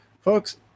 Folks